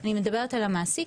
אני מדברת על המעסיק,